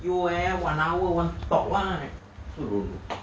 you eh one hour want to talk what